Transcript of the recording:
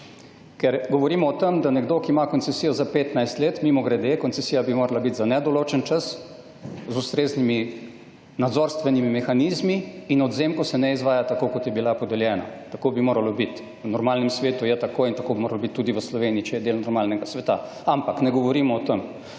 Ker, govorimo o tem, da nekdo, ki ima koncesijo za 15 let – mimogrede, koncesija bi morala bit za nedoločen čas, z ustreznimi nadzorstvenimi mehanizmi in odvzem, ko se ne izvaja tako, kot je bila podeljena, tako bi moralo bit, v normalnem svetu je tako in tako bi moralo bit tudi v Sloveniji, če je del normalnega sveta, ampak, ne govorimo o tem.